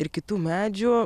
ir kitų medžių